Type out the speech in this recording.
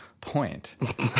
point